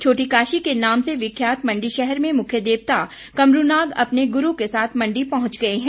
छोटी काशी के नाम से विख्यात मंडी शहर में मुख्य देवता कमरूनाग अपने गुरों के साथ मंडी पहुंच गए हैं